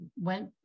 went